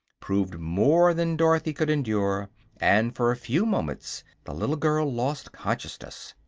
proved more than dorothy could endure and for a few moments the little girl lost consciousness.